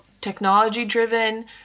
technology-driven